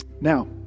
Now